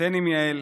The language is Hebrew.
התחתן עם יעל,